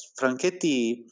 Franchetti